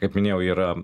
kaip minėjau yra